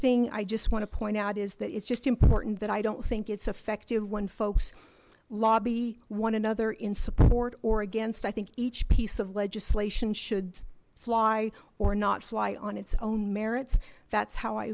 thing i just want to point out is that it's just important that i don't think it's effective when folks lobby one another in support or i think each piece of legislation should fly or not fly on its own merits that's how i